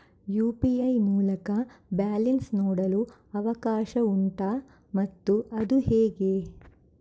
UPI ಮೂಲಕ balance ನೋಡಲು ಅವಕಾಶ ಉಂಟಾ ಮತ್ತು ಅದು ಹೇಗೆ?